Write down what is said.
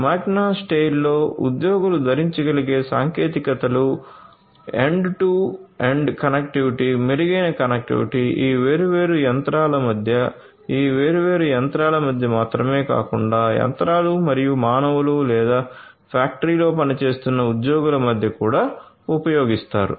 మాగ్నా స్టెయిర్లో ఉద్యోగులు ధరించగలిగే సాంకేతికతలను ఎండ్ టు ఎండ్ కనెక్టివిటీ మెరుగైన కనెక్టివిటీ ఈ వేర్వేరు యంత్రాల మధ్య ఈ వేర్వేరు యంత్రాల మధ్య మాత్రమే కాకుండా యంత్రాలు మరియు మానవులు లేదా ఫ్యాక్టరీలో పనిచేస్తున్న ఉద్యోగుల మధ్య కూడా ఉపయోగిస్తారు